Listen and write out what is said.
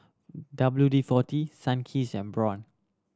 W D Forty Sunkist and Braun